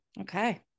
Okay